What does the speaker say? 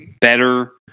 better